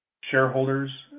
shareholders